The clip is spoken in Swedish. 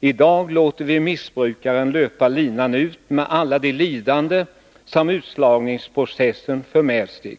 i dag låter vi missbrukaren ”löpa linan ut” med alla de lidanden som utslagningsprocessen för med sig.